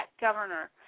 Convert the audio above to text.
governor